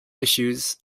issues